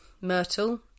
Myrtle